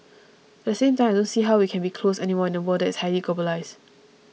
at the same time I don't see how we can be closed anymore in a world is highly globalised